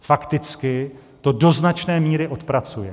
Fakticky to do značné míry odpracuje.